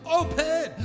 open